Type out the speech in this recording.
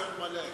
פנסיון מלא.